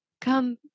come